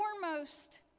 foremost